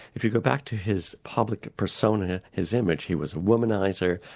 if you go back to his public persona, his image, he was a womaniser,